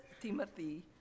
Timothy